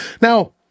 Now